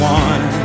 one